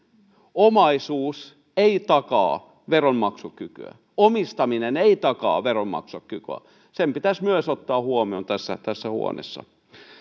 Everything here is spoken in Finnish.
omaisuus ei takaa veronmaksukykyä omistaminen ei takaa veronmaksukykyä myös se pitäisi ottaa huomioon tässä tässä huoneessa sitten